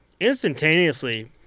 instantaneously